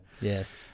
yes